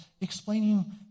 explaining